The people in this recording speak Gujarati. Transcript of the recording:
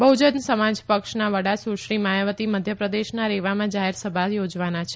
બહ્જન સમાજ પક્ષના વડા સુશ્રી માયાવતી મધ્યપ્રદેશના રેવામાં જાહેર સભા યોજવાના છે